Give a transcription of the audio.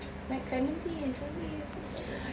like clementi and jurong east that's so